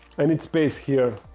i need space here.